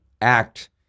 act